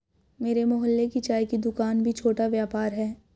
मेरे मोहल्ले की चाय की दूकान भी छोटा व्यापार है